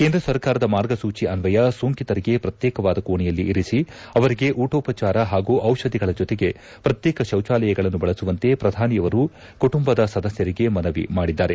ಕೇಂದ್ರ ಸರ್ಕಾರದ ಮಾರ್ಗಸೂಚಿ ಅನ್ವಯ ಸೋಂಕಿತರಿಗೆ ಪ್ರಕ್ಶೇಕವಾದ ಕೊಣೆಯಲ್ಲಿ ಇರಿಸಿ ಅವರಿಗೆ ಊಟೋಪಚಾರ ಹಾಗೂ ಔಷಧಿಗಳ ಜೊತೆಗೆ ಪ್ರತ್ಯೇಕ ಶೌಚಾಲಯಗಳನ್ನು ಬಳಸುವಂತೆ ಪ್ರಧಾನಿಯವರು ಕುಟುಂಬದ ಸದಸ್ಕರಿಗೆ ಮನವಿ ಮಾಡಿದ್ದಾರೆ